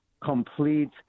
complete